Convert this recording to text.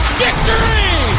victory